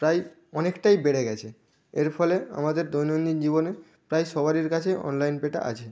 প্রায় অনেকটাই বেড়ে গেছে এর ফলে আমাদের দৈনন্দিন জীবনে প্রায় সবারির কাছে অনলাইন পেটা আছে